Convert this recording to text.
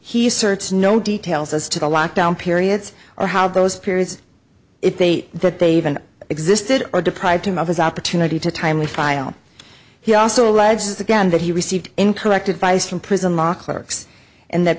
asserts no details as to the lockdown periods or how those periods if they that they even existed are deprived him of his opportunity to timely file he also alleges again that he received incorrect advice from prison mock clerks and that